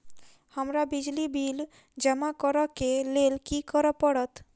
हमरा बिजली बिल जमा करऽ केँ लेल की करऽ पड़त?